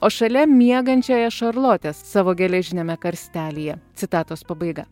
o šalia miegančiąją šarlotę savo geležiniame karstelyje citatos pabaiga